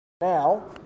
now